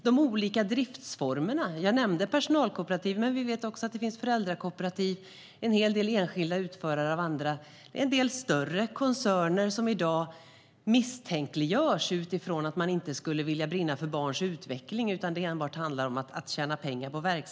Det finns olika driftsformer. Jag nämnde personalkooperativ, men vi vet också att det finns familjekooperativ och enskilda utförare, liksom en del större koncerner som i dag misstänkliggörs utifrån att de inte skulle brinna för barns utveckling utan att det bara handlar om att tjäna pengar.